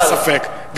אין ספק.